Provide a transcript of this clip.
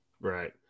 Right